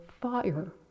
fire